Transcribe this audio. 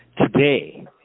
today